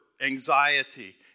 anxiety